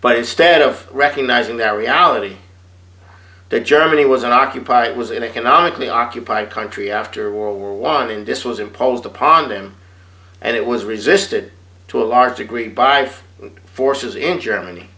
but instead of recognizing that reality that germany was an occupied it was an economically occupied country after world war one in dissuades imposed upon them and it was resisted to a large degree by the forces in germany